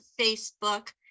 Facebook